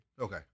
Okay